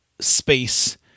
space